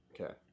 Okay